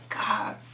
God